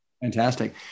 Fantastic